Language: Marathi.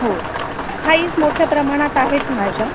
हो थाईज मोठ्या प्रमाणात आहेत माझ्या